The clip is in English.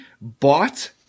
bought